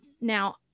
Now